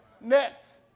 Next